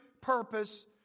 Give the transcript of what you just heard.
purpose